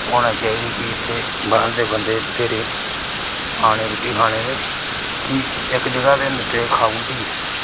होना चाहिदी कि इत्थै बाहर दे बंदे बथेरे आने रुट्टी खाने लेई कि इक जगह ते मीस्टेक खाई ओड़ी दी असें